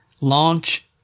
launch